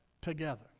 together